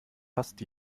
fast